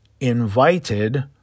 invited